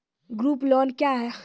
Group loan क्या है?